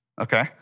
Okay